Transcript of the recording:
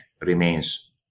remains